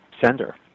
sender